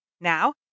Now